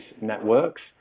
Networks